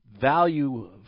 value